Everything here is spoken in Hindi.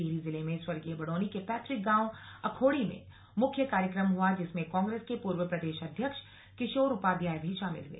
टिहरी जिले में स्वर्गीय बडोनी के पैतृक गांव अखोड़ी में मुख्य कार्यक्रम हुआ जिसमें कांग्रेस के पूर्व प्रदेश अध्यक्ष किशोर उपाध्याय भी शामिल हुए